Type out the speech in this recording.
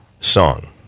song